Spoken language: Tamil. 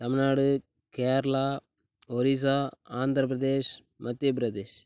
தமிழ்நாடு கேரளா ஓடிசா ஆந்திரப்பிரதேஷ் மத்தியப்பிரதேஷ்